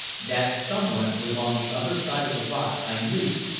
that someone was on the other side of the rock i knew,